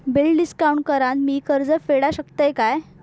Bill discount करान मी कर्ज फेडा शकताय काय?